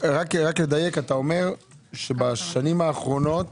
אתה אומר שבשנים האחרונות